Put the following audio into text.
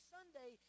Sunday